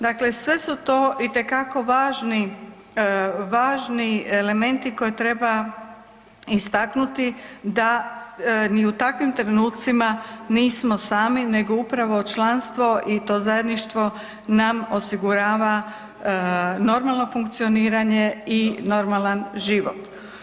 Dakle, sve su to itekako važni elementi koje treba istaknuti da ni u takvim trenucima nismo sami nego upravo članstvo i to zajedništvo nam osigurava normalno funkcioniranje i normalan život.